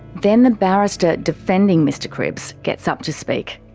then the barrister defending mr cripps gets up to speak.